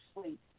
Sleep